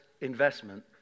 investment